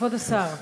כבוד השר,